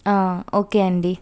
okay అండి